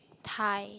thigh